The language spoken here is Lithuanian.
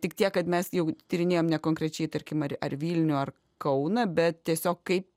tik tiek kad mes jau tyrinėjam ne konkrečiai tarkim ar ar vilnių ar kauną bet tiesiog kaip